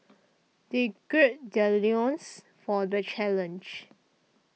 they gird their loins for the challenge